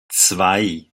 zwei